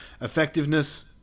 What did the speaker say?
Effectiveness